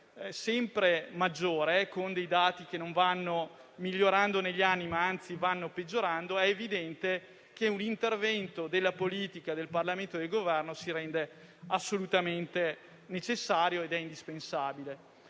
sempre maggiore, con dati che non vanno migliorando negli anni, anzi peggiorando, è evidente che un intervento della politica, del Parlamento e del Governo si rende assolutamente necessario ed è indispensabile.